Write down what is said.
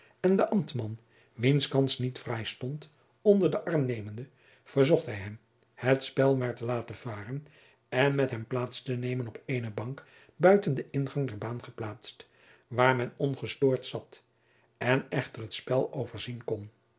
en den ambtman wiens kans niet fraai stond onder den arm nemende verzocht hij hem het spel maar te laten varen en met hem plaats te nemen op eene bank buiten den ingang der baan geplaatst waar men ongestoord zat en echter het spel overzien kon